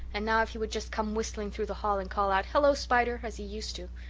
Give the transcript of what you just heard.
and now, if he would just come whistling through the hall and call out, hello, spider as he used to